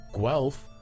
Guelph